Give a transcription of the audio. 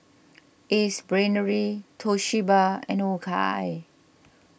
Ace Brainery Toshiba and O K I